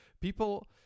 people